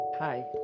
Hi